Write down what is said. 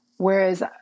Whereas